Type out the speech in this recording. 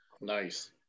nice